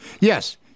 yes